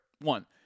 One